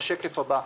בשקף הבא.